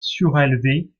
surélevée